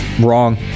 Wrong